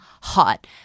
hot